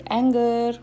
anger